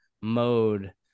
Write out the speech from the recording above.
mode